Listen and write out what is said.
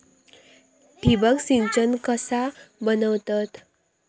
ठिबक सिंचन कसा बनवतत?